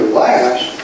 last